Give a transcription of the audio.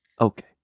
Okay